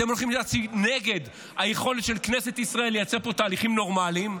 אתם הולכים להצביע נגד היכולת של כנסת ישראל לייצר פה תהליכים נורמליים,